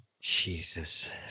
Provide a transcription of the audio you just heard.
Jesus